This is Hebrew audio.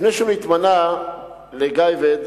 לפני שהוא התמנה לגאב"ד